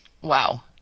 Wow